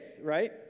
right